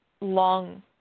long